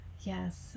Yes